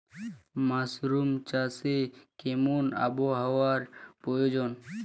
Mushroom চাষে কেমন আবহাওয়ার প্রয়োজন?